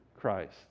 Christ